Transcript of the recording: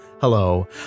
Hello